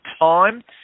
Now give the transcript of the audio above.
time